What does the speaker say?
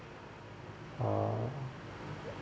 uh